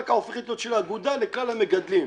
הקרקע הופכת להיות של האגודה לכלל המגדלים.